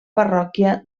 parròquia